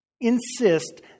insist